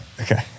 Okay